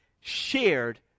shared